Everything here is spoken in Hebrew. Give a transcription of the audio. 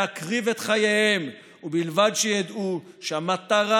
להקריב את חייהם ובלבד שידעו שהמטרה